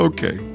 Okay